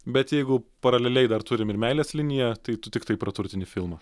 bet jeigu paraleliai dar turim ir meilės liniją tai tu tiktai praturtini filmą